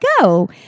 go